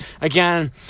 again